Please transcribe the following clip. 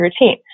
routine